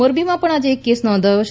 મોરબીમાં પણ આજે એક કેસ નોંધાથો છે